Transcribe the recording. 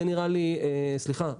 סליחה,